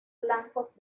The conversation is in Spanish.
blancos